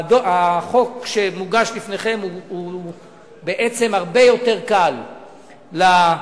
החוק שמוגש לפניכם הוא בעצם הרבה יותר קל למנכים,